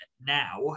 now